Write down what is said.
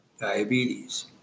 diabetes